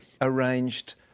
arranged